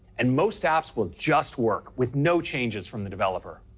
and most apps will just work with no changes from the developer.